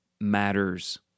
matters